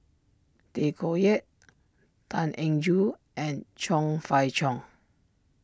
Tay Koh Yat Tan Eng Joo and Chong Fah Cheong